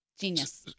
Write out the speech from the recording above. Genius